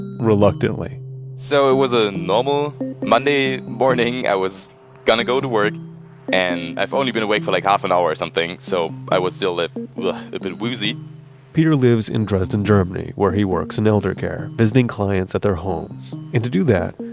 reluctantly so it was a normal monday morning. i was going to go to work and i've only been awake for like half an hour or something, so i was still a bit woozy peter lives in dresden, germany, where he works in elder care visiting clients at their homes and to do that,